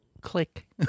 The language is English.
Click